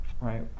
right